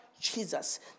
Jesus